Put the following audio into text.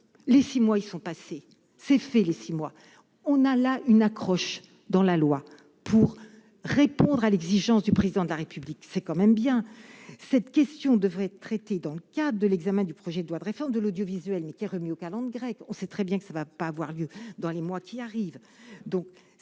les 6 mois, ils sont passés ces faits, les 6 mois on a là une accroche dans la loi pour répondre à l'exigence du président de la République, c'est quand même bien cette question devrait être traitée dans le cadre de l'examen du projet de loi de réforme de l'audiovisuel mais qui est remis aux calendes grecques, on sait très bien que ça ne va pas avoir lieu dans les mois qui arrivent